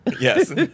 Yes